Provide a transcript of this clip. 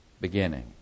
beginning